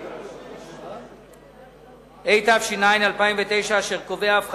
31 בדצמבר 2010. נוסף על כך מובא צו מס